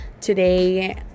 today